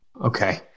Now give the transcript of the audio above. Okay